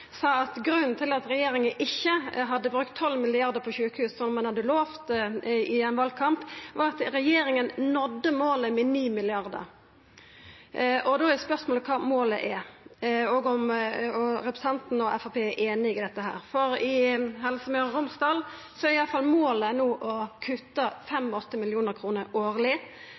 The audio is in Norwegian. sa at grunnen til at regjeringa ikkje hadde brukt 12 mrd. kr på sjukehus, som ein hadde lovt i ein valkamp, var at regjeringa nådde målet med 9 mrd. kr. Då er spørsmålet kva målet er, og om representanten og Framstegspartiet er einig i dette. For i Helse Møre og Romsdal er iallfall målet no å kutta 85 mill. kr årleg.